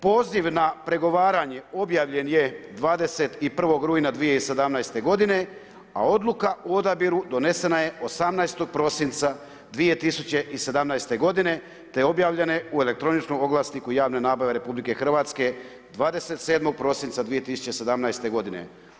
Poziv na pregovaranje objavljen je 21. rujna 2017. godine, a odluka o odabiru donesena je 18. prosinca 2017. godine, te je objavljena u elektroničkom oglasniku javne nabave RH 27. prosinca 2017. godine.